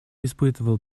испытывал